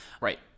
Right